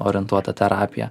orientuota terapija